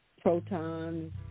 protons